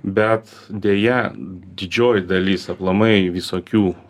bet deja didžioji dalis aplamai visokių